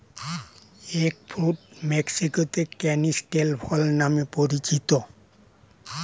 egg fruit মেক্সিকোতে canistel ফল নামে পরিচিত